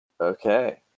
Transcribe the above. okay